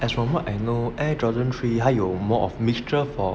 as from what I know air jordan three 他有 more of mixture for